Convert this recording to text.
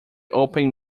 open